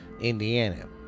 indiana